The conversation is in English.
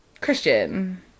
Christian